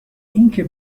اینکه